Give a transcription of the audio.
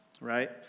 right